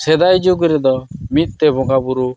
ᱥᱮᱫᱟᱭ ᱡᱩᱜᱽ ᱨᱮᱫᱚ ᱢᱤᱫᱛᱮ ᱵᱚᱸᱜᱟᱼᱵᱩᱨᱩ